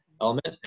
element